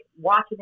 watching